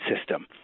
system